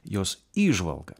jos įžvalga